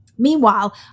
Meanwhile